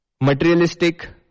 Materialistic